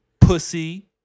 Pussy